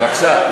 בבקשה.